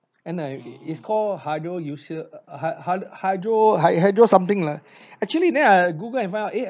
and uh it it's called hydroxyurea uh hy~ hy~ hydro hy~ hydro something lah actually then I google and find out eh